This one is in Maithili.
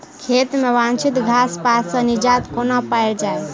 खेत मे अवांछित घास पात सऽ निजात कोना पाइल जाइ?